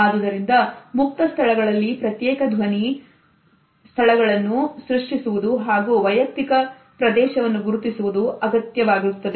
ಆದುದರಿಂದ ಮುಕ್ತ ಸ್ಥಳಗಳಲ್ಲಿ ಪ್ರತ್ಯೇಕ ಧ್ವನಿ ಭೇರ್ಯ ಸ್ಥಳಗಳನ್ನು ಸೃಷ್ಟಿಸುವುದು ಹಾಗೂ ವೈಯಕ್ತಿಕ ಪ್ರದೇಶವನ್ನು ಗುರುತಿಸುವುದು ಅತ್ಯಗತ್ಯವಾಗುತ್ತದೆ